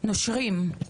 נושרים.